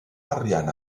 arian